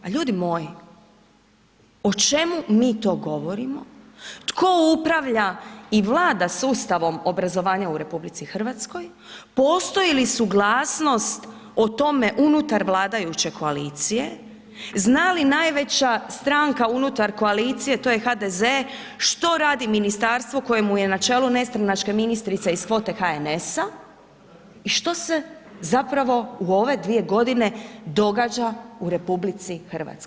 Pa ljudi moji, o čemu mi to govorimo, tko upravlja i vlada sustavom obrazovanja u RH, postoji li suglasnost o tome unutar vladajuće koalicije, zna li najveća stranka unutar Koalicije a to je HDZ, što radi ministarstvo kojemu je na čelu nestranačka ministrica iz kvote HNS-a i što se zapravo u ove 2 g. događa u RH.